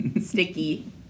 sticky